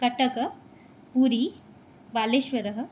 Cuttack Puri बालेश्वरः